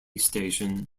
station